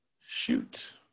shoot